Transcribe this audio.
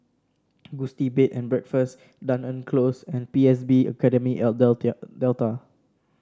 Gusti Bed and Breakfast Dunearn Close and P S B Academy at Delta